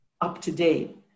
up-to-date